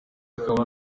akaba